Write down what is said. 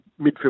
midfield